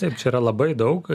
taip čia yra labai daug